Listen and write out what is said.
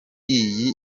iyi